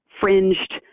fringed